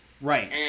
right